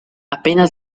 appena